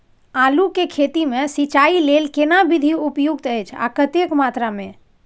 आलू के खेती मे सिंचाई लेल केना विधी उपयुक्त अछि आ कतेक मात्रा मे?